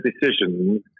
decisions